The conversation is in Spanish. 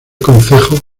concejo